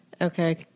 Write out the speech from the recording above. Okay